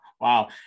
wow